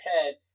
head